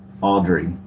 Audrey